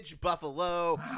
Buffalo